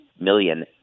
million